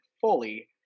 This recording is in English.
fully